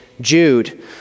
Jude